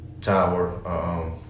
tower